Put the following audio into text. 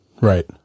Right